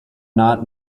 not